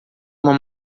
uma